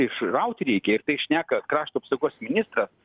išraut reikia ir tai šneka krašto apsaugos ministras